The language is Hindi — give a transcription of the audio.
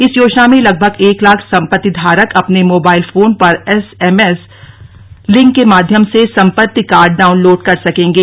इस योजना में लगभग एक लाख संपत्ति धारक अपने मोबाइल फोन पर एस एम एस लिंक के माध्यम से संपत्ति कार्ड डाउनलोड कर सकेंगे